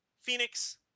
Phoenix